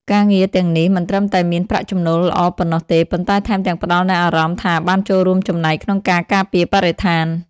ការងារទាំងនេះមិនត្រឹមតែមានប្រាក់ចំណូលល្អប៉ុណ្ណោះទេ ប៉ុន្តែថែមទាំងផ្តល់នូវអារម្មណ៍ថាបានចូលរួមចំណែកក្នុងការការពារបរិស្ថាន។